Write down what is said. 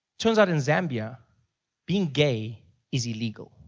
turns out in zambia being gay is illegal.